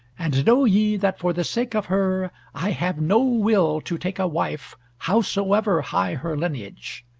and know ye, that for the sake of her, i have no will to take a wife, howsoever high her lineage.